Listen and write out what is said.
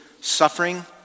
suffering